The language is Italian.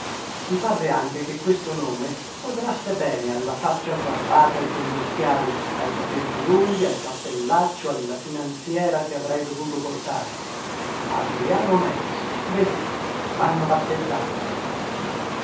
i parve anche che questo nome quadrasse bene alla faccia sbarbata e con gli occhiali ai capelli lunghi al cappellaccio alla finanziera che avrei dovuto portare adriano meis benone mhanno battezzato